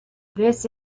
this